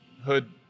hood